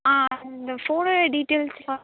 ஆ அந்த ஃபோனு டீட்டெய்ல்ஸெல்லாம்